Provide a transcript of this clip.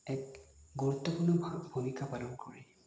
এক গুৰুত্বপূৰ্ণ ভূমিকা পালন কৰে